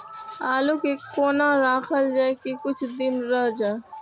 आलू के कोना राखल जाय की कुछ दिन रह जाय?